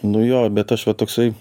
nu jo bet aš va toksai